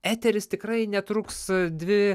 eteris tikrai netruks dvi